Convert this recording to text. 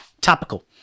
topical